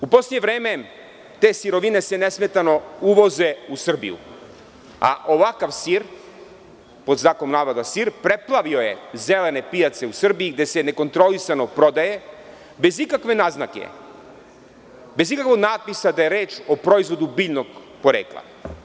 U poslednje vreme, te sirovine se nesmetano uvoze u Srbiju, a ovakav sir, pod znakom navoda „sir“ preplavio je zelene pijace u Srbiji gde se nekontrolisano prodaje bez ikakve naznake, bez ikakvog natpisa da je reč o proizvodu biljnog porekla.